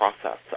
process